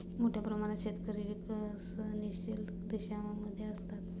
मोठ्या प्रमाणात शेतकरी विकसनशील देशांमध्ये असतात